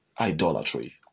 idolatry